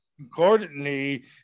accordingly